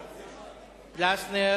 בבקשה,